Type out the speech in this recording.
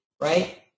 right